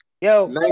Yo